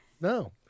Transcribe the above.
No